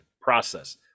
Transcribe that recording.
process